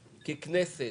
ככנסת,